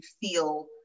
feel